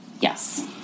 Yes